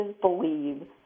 believe